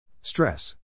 stress